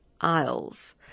Isles